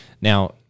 Now